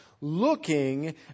looking